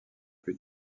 plus